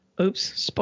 Oops